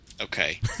Okay